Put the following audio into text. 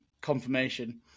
confirmation